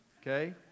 okay